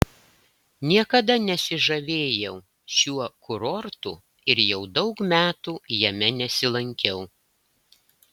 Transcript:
niekada nesižavėjau šiuo kurortu ir jau daug metų jame nesilankiau